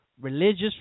Religious